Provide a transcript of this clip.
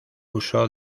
uso